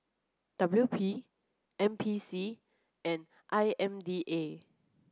W P N P C and I M D A